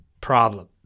problem